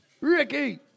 Ricky